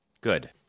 Good